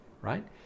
right